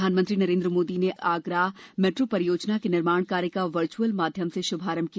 प्रधानमंत्री नरेंद्र मोदी ने आज आगरा मेट्रो परियोजना के निर्माण कार्य का वर्चुअल माध्यम से शुभारंभ किया